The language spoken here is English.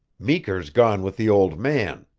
meeker's gone with the old man.